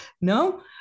no